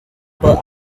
per